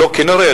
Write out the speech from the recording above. לא כנראה,